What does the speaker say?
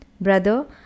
Brother